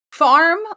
farm